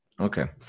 Okay